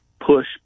push